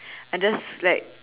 I just like